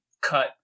cut